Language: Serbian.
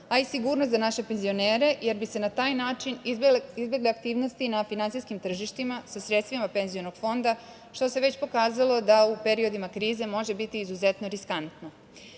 a i sigurnost za naše penzionere, jer bi se na taj način izbegle aktivnosti na finansijskim tržištima sa sredstvima penzionog fonda, što se već pokazalo da u periodima krize može biti izuzetno riskantno. Kada